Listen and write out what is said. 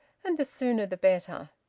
and the sooner the better.